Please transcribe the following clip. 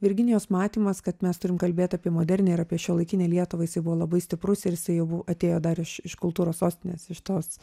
virginijos matymas kad mes turim kalbėt apie modernią ir apie šiuolaikinę lietuvą jisai buvo labai stiprus ir jisai jau atėjo dar iš iš kultūros sostinės iš tos